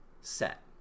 set